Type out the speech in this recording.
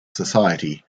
society